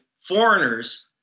foreigners